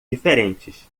diferentes